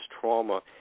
trauma